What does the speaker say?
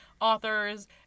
authors